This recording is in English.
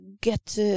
get